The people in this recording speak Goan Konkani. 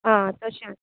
आं तशें आसा